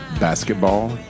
basketball